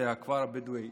הכפר הבדואי